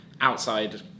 outside